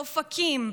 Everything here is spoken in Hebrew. באופקים,